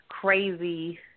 crazy